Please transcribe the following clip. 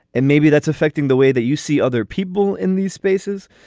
and maybe that's affecting the way that you see other people in these spaces.